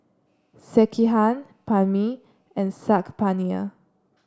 Sekihan Banh Mi and Saag Paneer